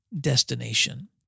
destination